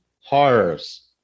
horrors